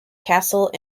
castle